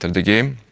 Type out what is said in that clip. the game,